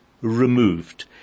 removed